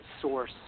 Source